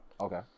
Okay